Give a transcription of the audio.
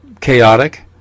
chaotic